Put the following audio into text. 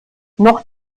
noch